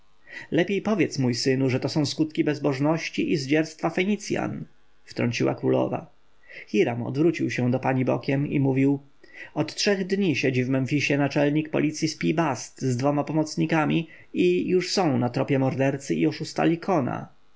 lepiej powiedz mój synu że są to skutki bezbożności i zdzierstwa fenicjan wtrąciła królowa hiram odwrócił się do pani bokiem i mówił od trzech dni siedzi w memfisie naczelnik policji z pi-bast z dwoma pomocnikami i już są na tropie mordercy i oszusta lykona